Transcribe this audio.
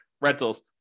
rentals